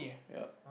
ya